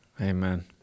Amen